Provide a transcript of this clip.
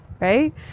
right